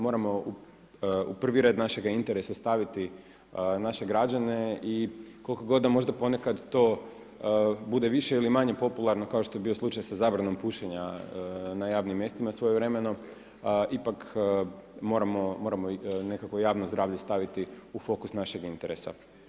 Moramo u prvi red našega interesa staviti naše građane i koliko god da možda ponekad to bude više ili manje popularno kao što je bio slučaj sa zabranom pušenja na javnim mjestima svojevremeno ipak moramo nekako javno zdravlje staviti u fokus našeg interesa.